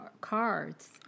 cards